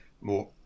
more